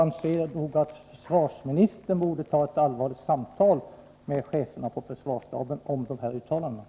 Jag anser nog att försvarsministern borde ta ett allvarligt samtal med cheferna på försvarsstaben om dessa uttalanden.